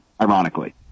ironically